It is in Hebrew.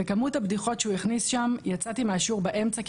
כמות הבדיחות שהוא הכניס שם יצאתי מהשיעור באמצע כי